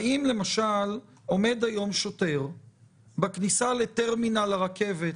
האם, למשל, עומד היום שוטר בכניסה לטרמינל הרכבת